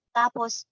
tapos